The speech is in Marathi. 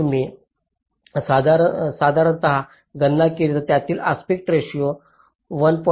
जर तुम्ही साधारण गणना केली तर त्यातील आस्पेक्ट रेशो 1